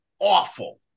awful